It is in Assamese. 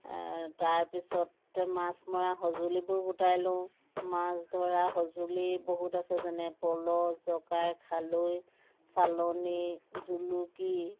তাৰপিছত মাছ মৰা সঁজুলিবোৰ গোটাই লওঁ মাছ ধৰা সঁজুলি বহুত আছে যেনে পল জকাই খালৈ চালনি জুলুকী